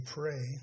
pray